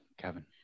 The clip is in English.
kevin